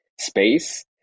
space